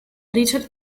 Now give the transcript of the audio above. richard